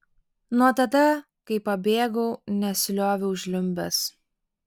nuo tada kai pabėgau nesilioviau žliumbęs